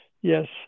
Yes